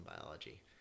biology